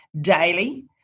daily